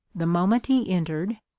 the moment he entered,